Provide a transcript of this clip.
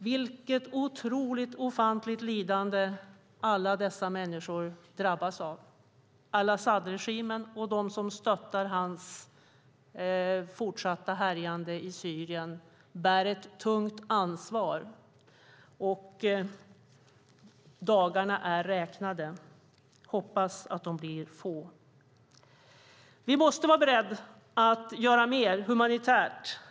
Vilket ofantligt lidande alla dessa människor drabbas av! Al-Asad-regimen och dem som stöttar hans fortsatta härjande i Syrien bär ett tungt ansvar. Dagarna är räknade. Jag hoppas att de blir få. Vi måste vara beredda att göra mer humanitärt.